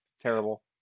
Terrible